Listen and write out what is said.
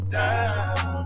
down